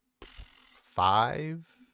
five